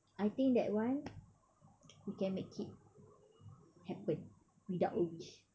I think that one we can make it happen without a wish